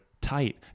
tight